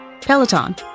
Peloton